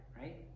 right